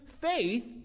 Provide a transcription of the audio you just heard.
faith